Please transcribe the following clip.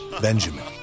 Benjamin